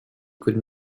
could